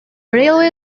railway